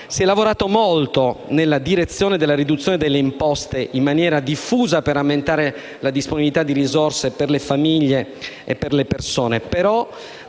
si è lavorato molto nella direzione della riduzione delle imposte in maniera diffusa, per aumentare la disponibilità di risorse per le famiglie e per le persone,